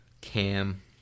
cam